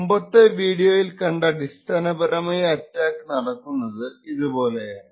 മുമ്പത്തെ വീഡിയോയിൽ കണ്ട അടിസ്ഥാനപരമായ അറ്റാക്ക് നടക്കുന്നത് ഇത് പോലെയാണ്